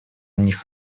них